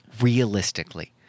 Realistically